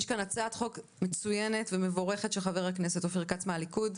יש כאן הצעת חוק מצוינת ומבורכת של חבר הכנסת אופיר כץ מהליכוד.